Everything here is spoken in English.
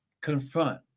Confront